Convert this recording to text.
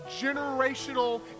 generational